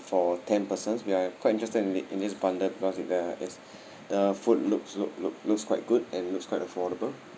for ten persons we are quite interested in in this bundle because the it's the food looks look look looks quite good and looks quite affordable